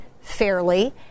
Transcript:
fairly